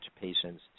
patients